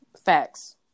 Facts